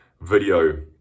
video